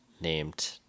named